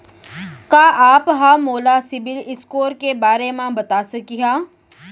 का आप हा मोला सिविल स्कोर के बारे मा बता सकिहा?